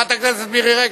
חברת הכנסת רגב,